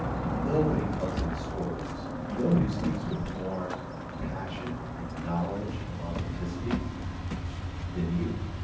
nobody tells these stories, nobody speaks with more passion and knowledge and authenticity than you.